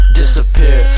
disappear